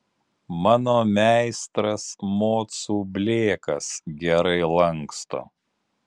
mano meistras mocų blėkas gerai lanksto